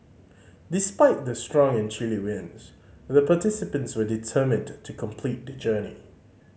despite the strong and chilly winds the participants were determined to complete the journey